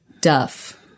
Duff